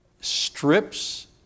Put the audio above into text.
strips